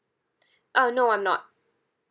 uh no I'm not